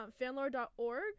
fanlore.org